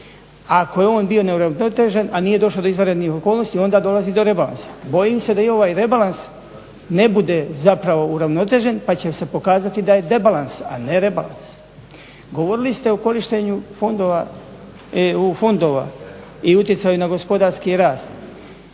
Ako je on bio neuravnotežen a nije došlo do izvanrednih okolnosti onda dolazi do rebalansa. Bojim se da i ovaj rebalans ne bude zapravo uravnotežen da će se pokazati da je debalans a ne rebalans. Govorili ste o korištenju EU fondova i utjecaju na gospodarski rast.